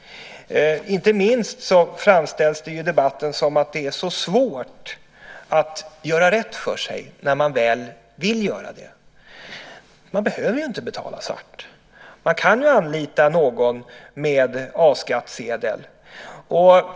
Inte minst framställs det i debatten som att det är så svårt att göra rätt för sig när man väl vill göra det. Man behöver ju inte betala svart. Man kan anlita någon med A-skattsedel.